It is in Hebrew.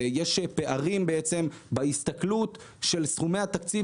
ויש פערים בעצם בהסתכלות של סכומי התקציב